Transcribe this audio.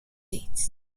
death